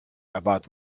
about